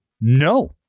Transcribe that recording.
No